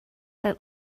that